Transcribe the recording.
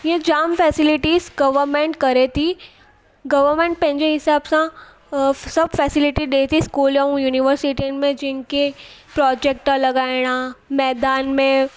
ईअं जामु facilities government करे थी गवरमेंट पंहिंजे हिसाब सां सभु फैसिलिटी ॾिए थी इस्कूल ऐं युनिवर्सिटी में जिनके प्रोजेक्ट लॻाइणा मैदान में